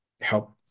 help